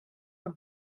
from